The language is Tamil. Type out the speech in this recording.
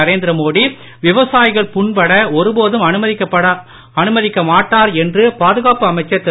நரேந்திரமோடிவிவசாயிகள்புண்படஒருபோதும்அணுமதிக்கமாட்டார்என் றுபாதுகாப்புஅமைச்சர்திரு